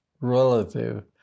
relative